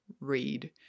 read